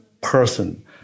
person